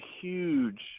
huge